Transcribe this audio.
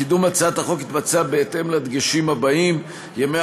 קידום הצעת החוק יתבצע בהתאם לדגשים הבאים: ימי